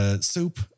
soup